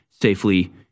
safely